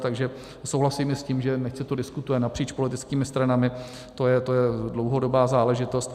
Takže souhlasím i s tím, že nechť se to diskutuje napříč politickými stranami, to je dlouhodobá záležitost.